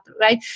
right